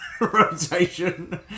rotation